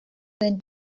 than